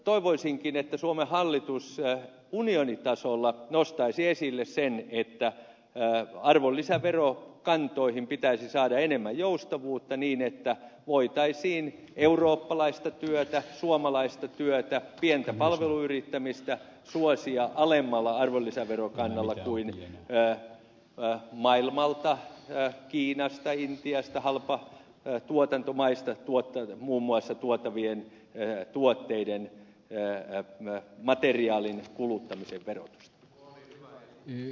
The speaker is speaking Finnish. toivoisinkin että suomen hallitus unionitasolla nostaisi esille sen että arvonlisäverokantoihin pitäisi saada enemmän joustavuutta niin että voitaisiin eurooppalaista työtä suomalaista työtä pientä palveluyrittämistä suosia alemmalla arvonlisäverokannalla kuin maailmalta muun muassa kiinasta intiasta halpatuotantomaista tuotavien tuotteiden muun muassa kuvattavien rehetuotteiden viejÃ€Ã€ ja materiaalin kuluttamista verotetaan